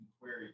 query